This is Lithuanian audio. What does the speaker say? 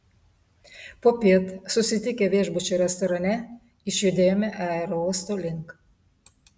popiet susitikę viešbučio restorane išjudėjome aerouosto link